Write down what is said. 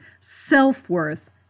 self-worth